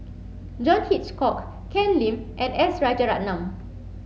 John Hitchcock Ken Lim and S Rajaratnam